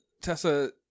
Tessa